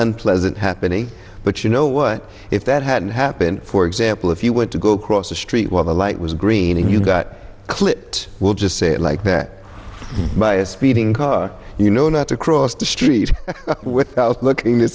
unpleasant happening but you know what if that hadn't happened for example if you went to go across the street while the light was green and you got clipped it will just say it like that by a speeding car and you know not to cross the street without looking to